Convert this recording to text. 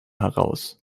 heraus